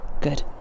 good